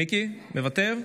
מיקי, מוותר?